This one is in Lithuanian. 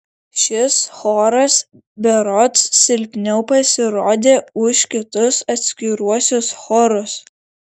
šis choras berods silpniau pasirodė už kitus atskiruosius chorus